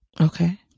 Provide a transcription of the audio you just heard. Okay